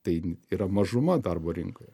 tai yra mažuma darbo rinkoj